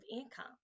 income